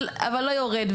אבל לא יורד,